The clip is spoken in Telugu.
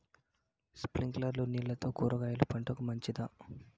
స్ప్రింక్లర్లు నీళ్లతో కూరగాయల పంటకు మంచిదా?